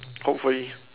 hopefully